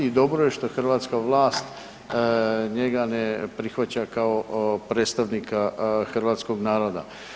I dobro je šta hrvatska vlast njega ne prihvaća kao predstavnika Hrvatskog naroda.